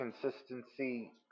consistency